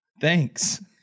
thanks